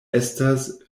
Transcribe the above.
estas